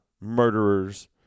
murderers